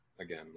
again